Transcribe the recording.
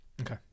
Okay